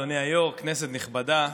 אדוני היושב-ראש, כנסת נכבדה.